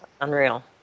Unreal